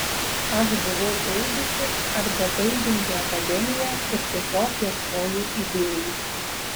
aš buvau baigusi ar bebaigianti akademiją ir tiesiog ieškojau idėjų